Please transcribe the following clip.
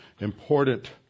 important